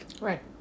Right